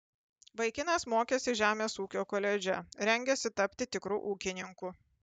vaikinas mokėsi žemės ūkio koledže rengėsi tapti tikru ūkininku